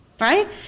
Right